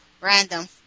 Random